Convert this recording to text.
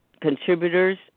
contributors